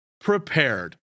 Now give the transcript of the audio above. prepared